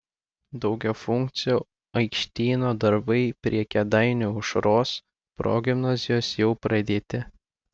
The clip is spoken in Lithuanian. daugiafunkcio aikštyno darbai prie kėdainių aušros progimnazijos jau pradėti